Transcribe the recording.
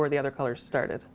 where the other color started